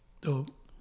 Dope